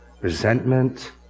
resentment